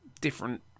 different